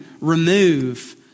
remove